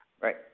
Right